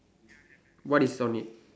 what is on it